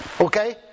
Okay